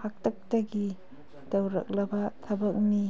ꯍꯥꯛꯇꯛꯇꯒꯤ ꯇꯧꯔꯛꯂꯕ ꯊꯕꯛꯅꯤ